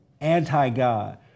anti-God